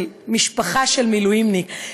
של משפחה של מילואימניק,